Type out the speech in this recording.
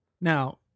Now